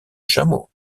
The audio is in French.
chameau